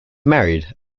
married